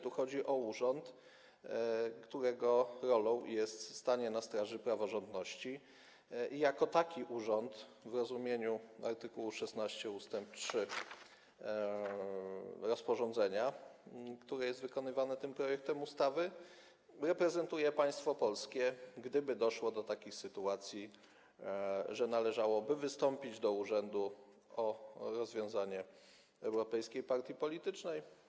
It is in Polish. Tu chodzi o urząd, którego rolą jest stanie na straży praworządności, i jako taki urząd w rozumieniu art. 16 ust. 3 rozporządzenia, które jest wykonywane tym projektem ustawy, reprezentowałby państwo polskie, gdyby doszło do takiej sytuacji, że należałoby wystąpić do urzędu o rozwiązanie europejskiej partii politycznej.